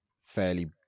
fairly